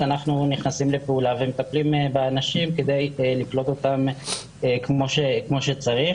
אנחנו נכנסים לפעולה ומטפלים באנשים כדי לקלוט אותם כמו שצריך.